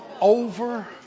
over